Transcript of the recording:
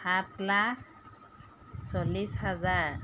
সাত লাখ চল্লিছ হাজাৰ